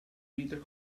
vita